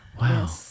Wow